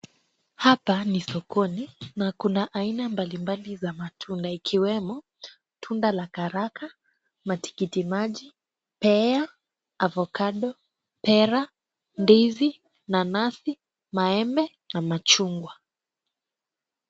Hapa ni sokoni na kuna aina mbalimbali za matunda ikiwemo tunda la karaka , matikiti maji, pea , avocado , pera, ndizi, nanasi, maembe na machungwa.